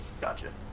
Gotcha